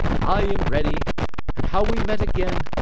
i am ready and how we met again,